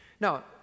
Now